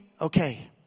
Okay